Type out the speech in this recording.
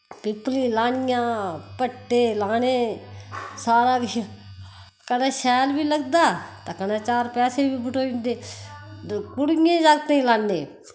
पीपली लानियां पट्टे लाने सारा किश कन्नै शैल बी लगदा ते कन्नै चार पैसे बी बटोई जंदे ते कुड़ियें जाकतें ई लान्ने